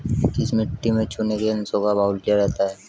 किस मिट्टी में चूने के अंशों का बाहुल्य रहता है?